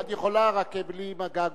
את יכולה, רק בלי מגע גופני.